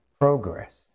progress